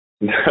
No